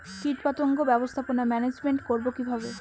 কীটপতঙ্গ ব্যবস্থাপনা ম্যানেজমেন্ট করব কিভাবে?